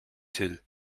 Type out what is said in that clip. till